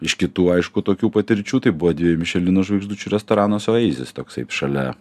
iš kitų aišku tokių patirčių tai buvo dvi mišelino žvaigždučių restoranas oeizis toksai šalia